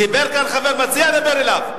דיבר כאן המציע, דבר אליו.